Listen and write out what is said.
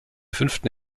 fünften